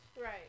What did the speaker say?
right